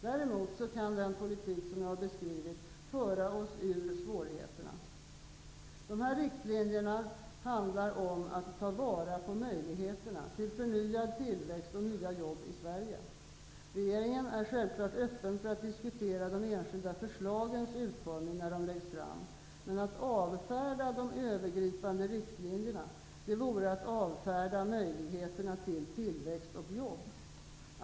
Däremot kan den politik som jag har beskrivit föra oss ur svårigheterna. De här riktlinjerna handlar om att ta vara på möjligheterna till förnyad tillväxt och nya jobb i Sverige. Regeringen är självfallet öppen för att diskutera de enskilda förslagens utformning när de läggs fram, men att avfärda de övergripande riktlinjerna vore att avfärda möjligheterna till tillväxt och jobb.